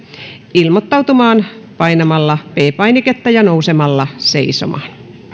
ilmoittautumaan painamalla p painiketta ja nousemalla seisomaan